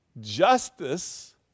justice